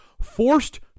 forced